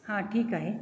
हां ठीक आहे